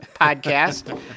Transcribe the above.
podcast